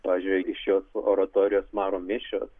pavyzdžiui iš jos oratorijos maro mišios